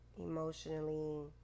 emotionally